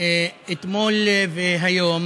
אתמול והיום